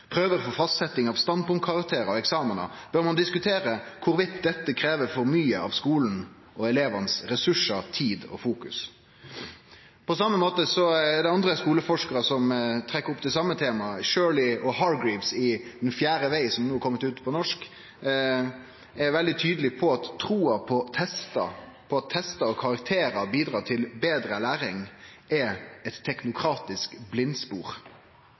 prøver , prøver for fastsetting av standpunktkarakter og eksamener, bør man diskutere hvorvidt dette krever for mye av skolens og elevenes tid, ressurser og fokus.» På same måte er det andre skoleforskarar som trekker opp det same temaet. Shirley og Hargreaves er i boka «Den fjerde vei», som nå har kome ut på norsk, veldig tydelege på at trua på at testar og karakterar bidreg til betre læring, er eit teknokratisk blindspor.